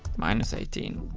minus eighteen.